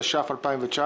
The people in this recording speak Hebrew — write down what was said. התש"ף-2019